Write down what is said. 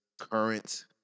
current